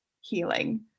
healing